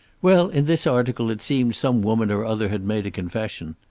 well, in this article it seemed some woman or other had made a confession.